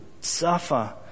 suffer